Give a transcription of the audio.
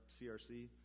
CRC